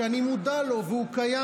שאני מודע לו והוא קיים.